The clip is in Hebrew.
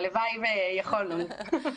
הלוואי ויכולנו.